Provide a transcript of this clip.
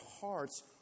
hearts